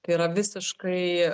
kai yra visiškai